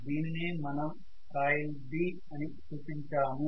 దీనినే మనం coil B అని చుపించాము